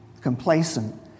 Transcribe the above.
complacent